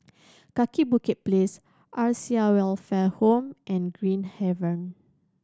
Kaki Bukit Place Acacia Welfare Home and Green Haven